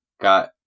got